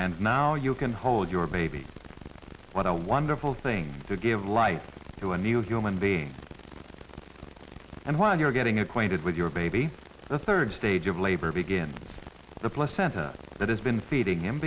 and now you can hold your baby what a wonderful thing to give life to a new human being and while you're getting acquainted with your baby the third stage of labor begins the placenta that has been feeding him